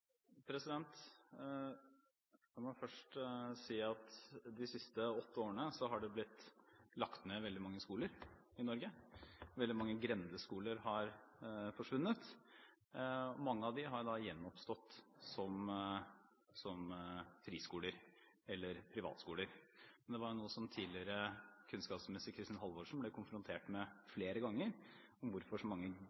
La meg først si at de siste åtte årene har det blitt lagt ned veldig mange skoler i Norge. Veldig mange grendeskoler har forsvunnet. Mange av dem har gjenoppstått som friskoler eller privatskoler. Det var noe som tidligere kunnskapsminister Kristin Halvorsen ble konfrontert med